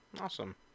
Awesome